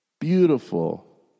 beautiful